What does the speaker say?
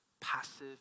passive